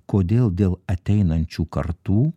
kodėl dėl ateinančių kartų